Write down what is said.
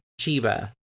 Chiba